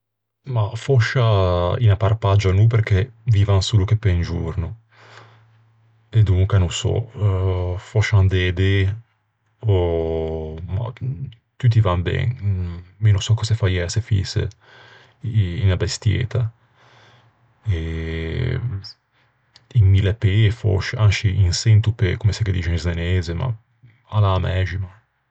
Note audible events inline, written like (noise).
Mah, fòscia unna parpaggia no perché vivan solo che pe un giorno. E donca no sò. Fòscia un dëdê. Ò... Tutti va ben, mi no sò cöse faiæ se fïse unna bestieta. (hesitation) Un millepê, fòscia, ansci, un çentopê, comme se ghe dixe in zeneise, ma a l'é a mæxima.